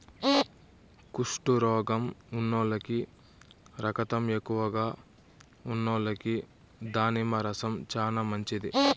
కుష్టు రోగం ఉన్నోల్లకి, రకతం తక్కువగా ఉన్నోల్లకి దానిమ్మ రసం చానా మంచిది